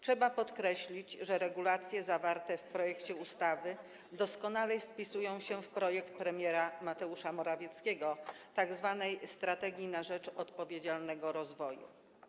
Trzeba podkreślić, że regulacje zawarte w projekcie ustawy doskonale wpisują się w projekt premiera Mateusza Morawieckiego „Strategii na rzecz odpowiedzialnego rozwoju”